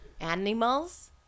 Animals